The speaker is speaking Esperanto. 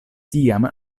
tiam